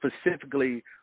specifically